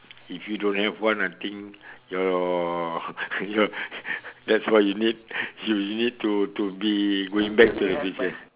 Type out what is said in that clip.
if you don't have one I think your your that's why you you need to to be going back to the future